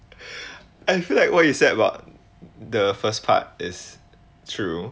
I feel like what you said about the first part is true